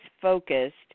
focused